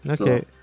Okay